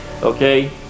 Okay